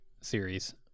series